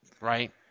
right